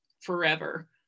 forever